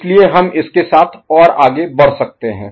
इसलिए हम इसके साथ और आगे बढ़ सकते हैं